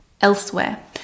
elsewhere